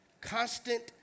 Constant